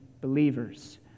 believers